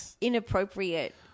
inappropriate